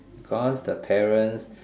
because the parents